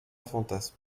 fantasme